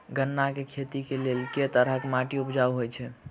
गन्ना केँ खेती केँ लेल केँ तरहक माटि उपजाउ होइ छै?